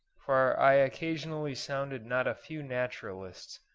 for i occasionally sounded not a few naturalists,